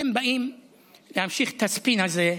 אתם באים להמשיך את הספין הזה,